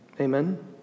Amen